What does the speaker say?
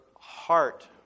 heart